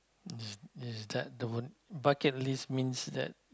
is is that the one bucket list means that